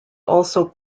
also